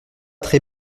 très